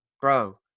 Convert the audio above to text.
bro